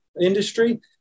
industry